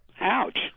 Ouch